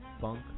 funk